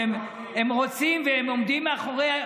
שהם רוצים והם עומדים מאחורי,